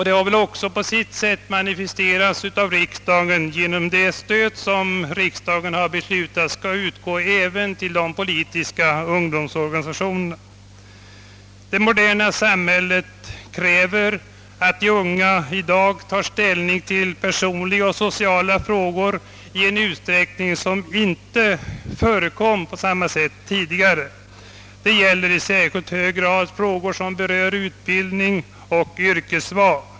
Det har på sitt sätt manifesterats genom att riksdagen har beslutat att stöd skall utgå även till de politiska ungdomsorganisationerna. Det moderna samhället kräver att de unga i dag tar ställning till personliga och sociala frågor i en utsträckning som inte förekom tidigare på samma sätt. Det gäller i särskilt hög grad frågor som berör utbildning och yrkesval.